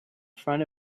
front